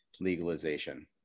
legalization